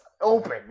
open